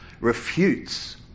refutes